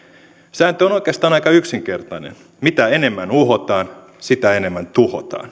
on oikeastaan aika yksinkertainen mitä enemmän uhotaan sitä enemmän tuhotaan